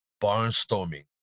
barnstorming